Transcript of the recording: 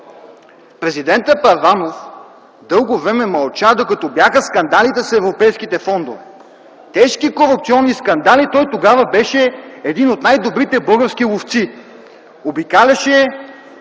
президентът Първанов дълго време мълча, докато бяха скандалите с европейските фондове. Тежки корупционни скандали, той тогава беше един от най-добрите български ловци, обикаляше,